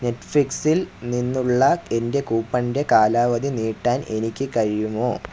നെറ്റ്ഫിക്സ്സില് നിന്നുള്ള എൻ്റെ കൂപ്പണ്ൻ്റെ കാലാവധി നീട്ടാൻ എനിക്ക് കഴിയുമോ